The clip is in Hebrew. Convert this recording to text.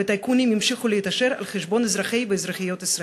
וטייקונים ימשיכו להתעשר על חשבון אזרחי ואזרחיות ישראל,